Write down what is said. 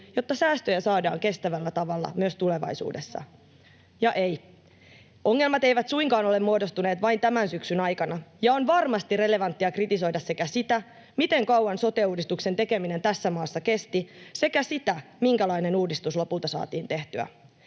jotta säästöjä saadaan kestävällä tavalla myös tulevaisuudessa. Ja ei, ongelmat eivät suinkaan ole muodostuneet vain tämän syksyn aikana, ja on varmasti relevanttia kritisoida sekä sitä, miten kauan sote-uudistuksen tekeminen tässä maassa kesti, että sitä, minkälainen uudistus lopulta saatiin tehtyä.